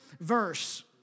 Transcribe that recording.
verse